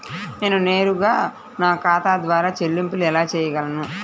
నేను నేరుగా నా ఖాతా ద్వారా చెల్లింపులు ఎలా చేయగలను?